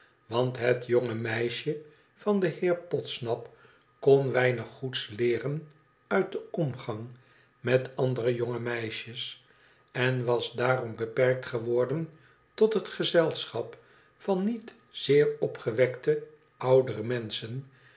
want het jonge meisje van den heer podsnap kon weinig goeds leeren uit den omgang met andere jonge meisjes en was daarom beperkt geworden tot het gezelschap van niet zeer opgewekte oudere menschen